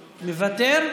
מוותר.